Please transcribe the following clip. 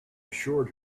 assured